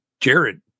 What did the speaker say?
Jared